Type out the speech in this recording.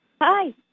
Hi